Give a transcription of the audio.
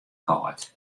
kâld